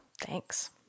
Thanks